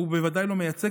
והוא בוודאי לא מייצג,